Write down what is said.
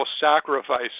sacrifice